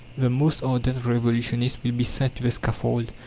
the most ardent revolutionists will be sent to the scaffold.